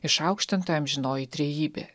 išaukštinta amžinoji trejybė